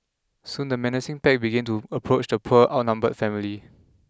soon the menacing pack began to approach the poor outnumbered family